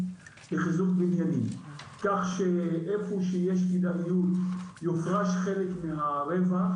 לחיזוק בניינים כך שאיפה שיש כדאיות יופרש חלק מהרווח,